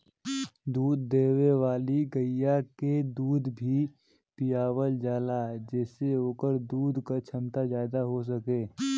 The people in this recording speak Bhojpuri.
दूध देवे वाली गइया के दूध भी पिलावल जाला जेसे ओकरे दूध क छमता जादा हो सके